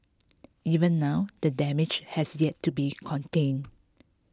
even now the damage has yet to be contained